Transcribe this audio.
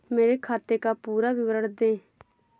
मेरे खाते का पुरा विवरण दे?